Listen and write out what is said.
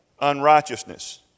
unrighteousness